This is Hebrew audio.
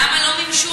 למה לא מימשו אותם?